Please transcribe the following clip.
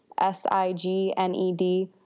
s-i-g-n-e-d